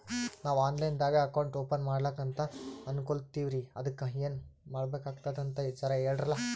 ನಾವು online ದಾಗ account open ಮಾಡ್ಲಕಂತ ಅನ್ಕೋಲತ್ತೀವ್ರಿ ಅದಕ್ಕ ಏನ ಮಾಡಬಕಾತದಂತ ಜರ ಹೇಳ್ರಲ?